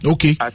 Okay